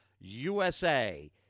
USA